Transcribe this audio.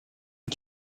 une